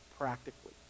Practically